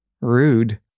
rude